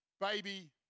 baby